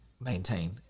maintain